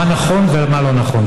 מה נכון ומה לא נכון?